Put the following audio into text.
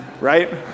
right